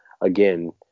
again